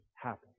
happen